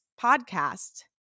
podcast